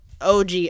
OG